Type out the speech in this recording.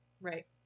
right